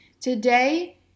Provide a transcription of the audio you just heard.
Today